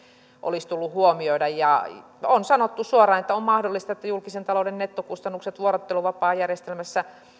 olisi pitänyt tässä huomioida on sanottu suoraan että on mahdollista että julkisen talouden nettokustannukset vuorotteluvapaajärjestelmästä